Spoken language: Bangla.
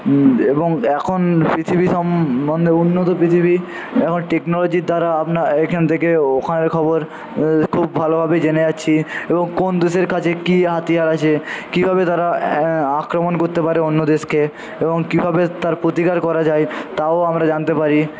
এবং এখন পৃথিবী সম্বন্ধে উন্নত পৃথিবী এখন টেকনোলজির দ্বারা আপনার এখান থেকে ওখানের খবর খুব ভালোভাবেই জেনে যাচ্ছি এবং কোন দেশের কাছে কী হাতিয়ার আছে কীভাবে তারা আক্রমণ করতে পারে অন্য দেশকে এবং কীভাবে তার প্রতিকার করা যায় তাও আমরা জানতে পারি